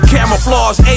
Camouflage